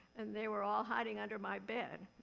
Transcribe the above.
and they were all hiding under my bed.